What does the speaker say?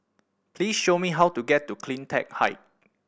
please show me how to get to Cleantech Height